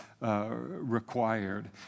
required